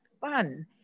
fun